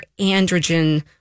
androgen